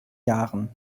jahren